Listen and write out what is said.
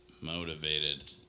motivated